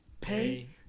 Pay